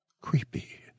creepy